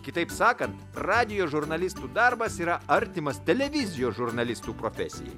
kitaip sakant radijo žurnalistų darbas yra artimas televizijos žurnalistų profesijai